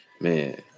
man